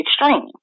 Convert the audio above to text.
extreme